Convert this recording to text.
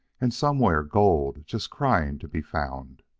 and somewhere gold just crying to be found.